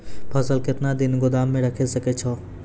फसल केतना दिन गोदाम मे राखै सकै छौ?